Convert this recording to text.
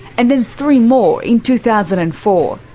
and then three more in two thousand and four.